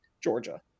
Georgia